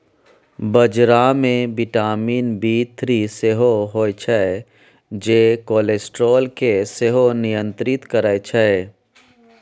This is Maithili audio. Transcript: बजरा मे बिटामिन बी थ्री सेहो होइ छै जे कोलेस्ट्रॉल केँ सेहो नियंत्रित करय छै